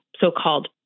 so-called